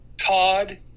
Todd